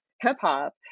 hip-hop